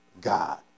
God